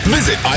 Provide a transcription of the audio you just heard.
Visit